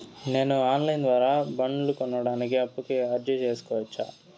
నేను online ద్వారా బండ్లు కొనడానికి అప్పుకి అర్జీ సేసుకోవచ్చా?